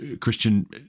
Christian